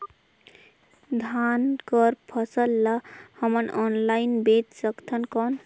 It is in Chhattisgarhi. धान कर फसल ल हमन ऑनलाइन बेच सकथन कौन?